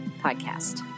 podcast